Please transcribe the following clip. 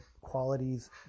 qualities